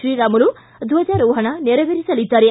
ಶ್ರೀರಾಮುಲು ದ್ವಜಾರೋಹಣ ನೇರವೇರಿಸಲಿದ್ದಾರೆ